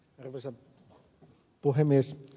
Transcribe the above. arvoisa puhemies